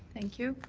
thank you.